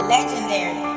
Legendary